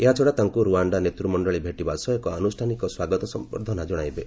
ଏହାଛଡ଼ା ତାଙ୍କୁ ରୁଆଣ୍ଡା ନେତୃମଣ୍ଡଳୀ ଭେଟିବା ସହ ଏକ ଆନୁଷ୍ଠାନିକ ସ୍ୱାଗତ ସମ୍ଭର୍ଦ୍ଧନା ଜଣାଇବେ